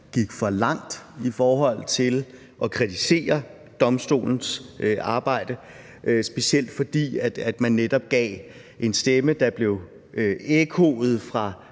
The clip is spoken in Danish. gik for langt i forhold til at kritisere domstolens arbejde, specielt fordi man netop gav en stemme, der blev ekkoet fra